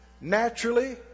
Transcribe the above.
naturally